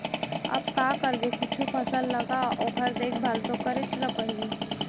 अब का करबे कुछु फसल लगा ओकर देखभाल तो करेच ल परही